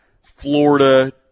Florida